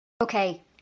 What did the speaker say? Okay